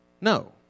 No